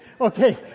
Okay